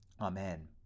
Amen